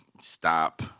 stop